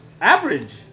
average